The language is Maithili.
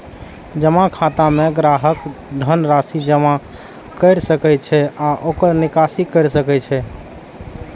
जमा खाता मे ग्राहक धन राशि जमा कैर सकै छै आ ओकर निकासी कैर सकै छै